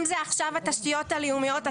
אם זה עכשיו התשתיות הלאומיות.